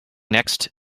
next